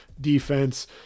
defense